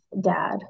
dad